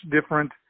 different